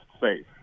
safe